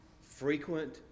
frequent